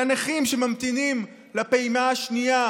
לנכים שממתינים לפעימה השנייה